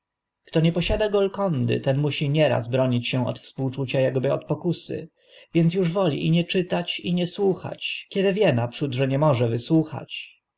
kto nie posiada golkondy ten musi nieraz bronić się od współczucia akby od pokusy więc uż woli i nie czytać i nie słuchać kiedy wie naprzód że nie może wysłuchać